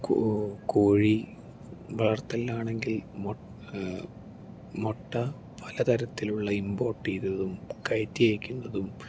കോഴിവളർത്തൽ ആണെങ്കിൽ മുട്ട പലതരത്തിലുള്ള ഇമ്പോർട്ട് ചെയ്തതും കയറ്റി അയയ്ക്കുന്നതും